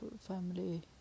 family